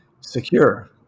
secure